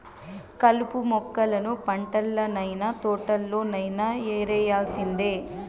కలుపు మొక్కలను పంటల్లనైన, తోటల్లోనైన యేరేయాల్సిందే